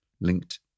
linked